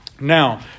Now